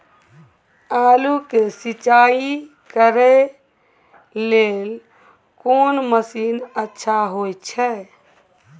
आलू के सिंचाई करे लेल कोन मसीन अच्छा होय छै?